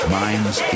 minds